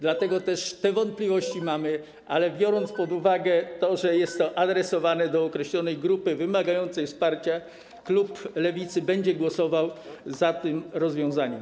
Dlatego też mamy te wątpliwości, ale biorąc pod uwagę to, że jest to adresowane do określonej grupy wymagającej wsparcia, klub Lewicy będzie głosował za tym rozwiązaniem.